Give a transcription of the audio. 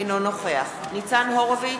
אינו נוכח ניצן הורוביץ,